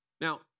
Now